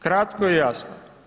Kratko i jasno.